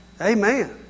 Amen